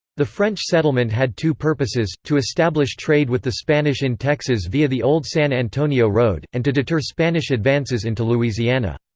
the french settlement had two purposes to establish trade with the spanish in texas via the old san antonio road, and to deter spanish advances into louisiana.